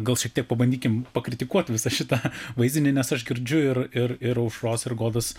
gal šiek tiek pabandykim pakritikuot visą šitą vaizdinį nes aš girdžiu ir ir ir aušros ir godos